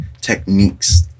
techniques